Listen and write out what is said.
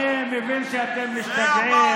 אני מבין שאתם משתגעים.